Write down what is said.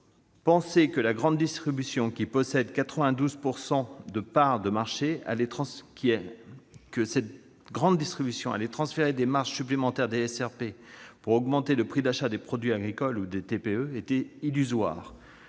penser que la grande distribution, qui possède 92 % de parts de marché, allait transférer des marges supplémentaires des SRP pour augmenter le prix d'achat des produits agricoles ou des TPE était illusoire.